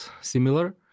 similar